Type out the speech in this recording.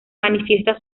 manifiesta